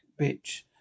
bitch